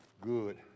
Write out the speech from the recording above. Good